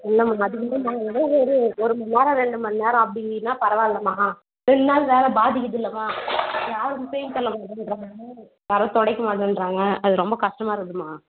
இல்லைமா அதுக்கு இல்லைமா ஏதோ ஒரு ஒரு மணிநேரம் ரெண்டு மணிநேரம் அப்படின்னா பரவாயில்லமா ரெண்டு நாள் வேலை பாதிக்குதுலமா யாரும் குப்பையும் தள்ள மாட்டுறாங்க யாரும் துடைக்க மாட்டேன்கிறாங்க அது ரொம்ப கஷ்டமாக இருக்குதுமா